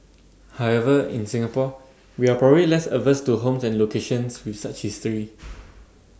however in Singapore we are probably less averse to homes and locations with such history